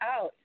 out